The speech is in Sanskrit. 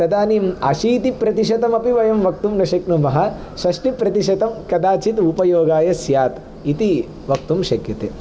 तदानीम् अशीतिः प्रतिशतम् अपि वयं वक्तुं न शक्नुमः षष्ठिः प्रतिशतं कदाचित् उपयोगाय स्यात् इति वक्तुं शक्यते